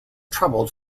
troubled